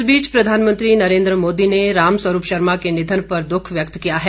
इस बीच प्रधानमंत्री नरेन्द्र मोदी ने राम स्वरूप शर्मा के निधन पर द्ख व्यक्त किया है